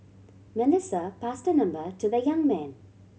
Melissa passed number to the young man